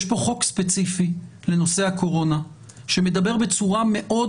יש פה חוק ספציפי לנושא הקורונה שמדבר בצורה מאוד